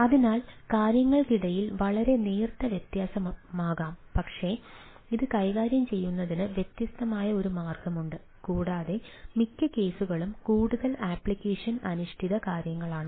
അതിനാൽ കാര്യങ്ങൾക്കിടയിൽ വളരെ നേർത്ത വ്യത്യാസമാകാം പക്ഷേ ഇത് കൈകാര്യം ചെയ്യുന്നതിന് വ്യത്യസ്തമായ ഒരു മാർഗമുണ്ട് കൂടാതെ മിക്ക കേസുകളും കൂടുതൽ ആപ്ലിക്കേഷൻ അധിഷ്ഠിത കാര്യങ്ങളാണ്